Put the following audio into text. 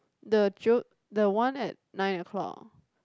the 九 the one at nine o-clock